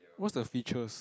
what's the features